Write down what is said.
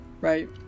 right